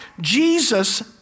Jesus